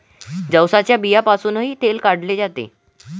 जवसाच्या बियांपासूनही तेल काढले जाते